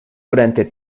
durante